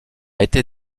été